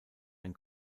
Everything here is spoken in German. ein